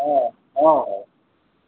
ହଁ ହଁ ହଉ